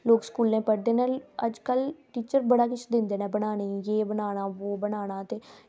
ते स्कूलें पढ़दे अज्जकल टीचर बड़ा किश दिंदे न बनाने गी जे बनाना वो बनाना